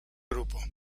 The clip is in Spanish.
grupo